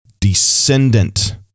descendant